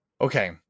Okay